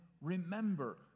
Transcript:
remember